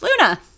Luna